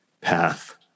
path